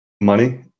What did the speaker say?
money